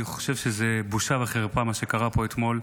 אני חושב שזו בושה וחרפה, מה שקרה פה אתמול,